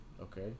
Okay